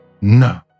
No